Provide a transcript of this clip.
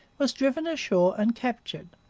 was driven ashore and captured.